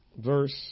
verse